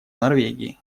норвегии